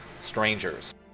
strangers